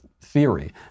theory